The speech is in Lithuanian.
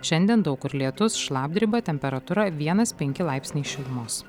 šiandien daug kur lietus šlapdriba temperatūra vienas penki laipsniai šilumos